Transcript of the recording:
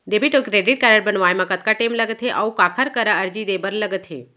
Debit अऊ credit card बनवाए मा कतका टेम लगथे, अऊ काखर करा अर्जी दे बर लगथे?